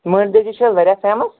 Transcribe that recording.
مانڑری چھِ حظ واریاہ فیمَس